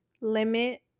limit